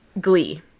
Glee